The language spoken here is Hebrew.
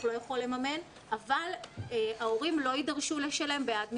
לא יכול לממן אבל ההורים לא יידרשו לשלם בעד מסיבות.